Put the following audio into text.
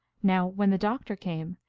now, when the doctor came,